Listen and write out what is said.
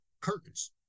curtains